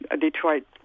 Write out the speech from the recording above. Detroit